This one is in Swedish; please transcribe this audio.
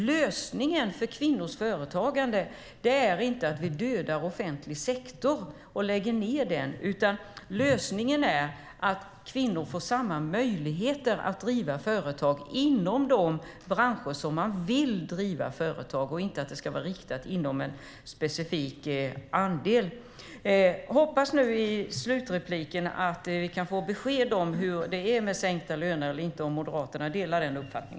Lösningen för kvinnors företagande är inte att vi dödar offentlig sektor och lägger ned den, utan lösningen är att kvinnor får samma möjligheter att driva företag inom de branscher där de vill driva företag. Det ska inte vara riktat inom en specifik del. Jag hoppas att vi i sista repliken kan få besked om hur det är med sänkta löner och om Moderaterna delar denna uppfattning.